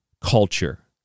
culture